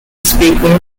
speaker